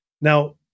Now